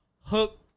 hook